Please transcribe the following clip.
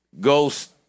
Ghost